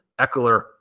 Eckler